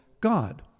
God